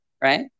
right